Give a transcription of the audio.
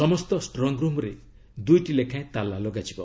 ସମସ୍ତ ଷ୍ଟ୍ରଙ୍ଗରୁମ୍ରେ ଦୁଇଟି ଲେଖାଏଁ ତାଲା ଲଗାଯିବ